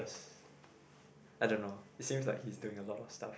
I don't know it seems like he is doing a lot of stuff